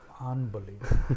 unbelievable